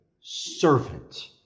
servant